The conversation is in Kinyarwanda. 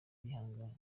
bihanganye